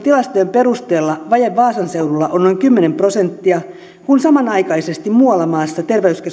perusteella vaje vaasan seudulla on noin kymmenen prosenttia kun samanaikaisesti muualla maassa